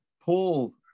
Paul